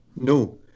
No